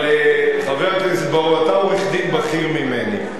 חבר הכנסת בר-און, אתה עורך-דין בכיר ממני.